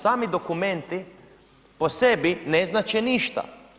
Sami dokumenti po sebi ne znače ništa.